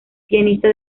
pianista